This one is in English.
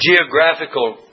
geographical